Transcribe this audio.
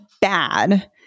bad